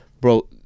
Bro –